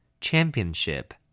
championship